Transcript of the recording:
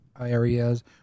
Areas